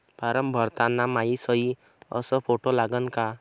Form भरताना मायी सयी अस फोटो लागन का?